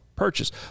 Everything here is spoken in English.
purchase